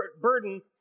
burden